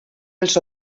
els